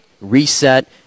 reset